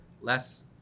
less